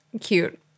cute